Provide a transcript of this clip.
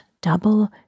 double